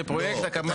שפרויקט הקמה --- לא,